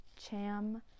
Cham